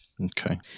okay